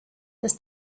das